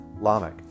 Lamech